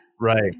right